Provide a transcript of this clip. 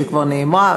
שכבר נאמרה,